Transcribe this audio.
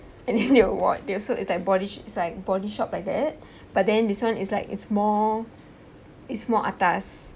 and then they would they also it's like body sh~ it's like body shop like that but then this one is like it's more it's more atas